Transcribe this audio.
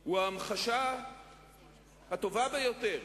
הוא ההמחשה הטובה ביותר